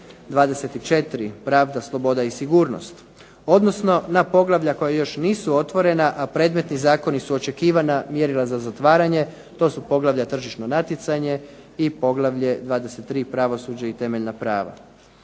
24 – Pravda, sloboda i sigurnost odnosno na poglavlja koja još nisu otvorena a predmetni zakoni su očekivana mjerila za zatvaranje, to su poglavlje – Tržišno natjecanje i poglavlje 23 – Pravosuđe i temeljna prava.